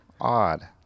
odd